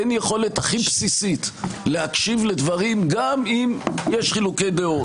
אין יכולת הכי בסיסית להקשיב לדברים גם אם יש חילוקי דעות.